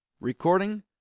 Recording